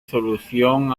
solución